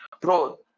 bro